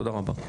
תודה רבה.